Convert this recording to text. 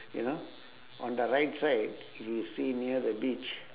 you know on the right side if you see near the beach